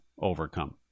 overcome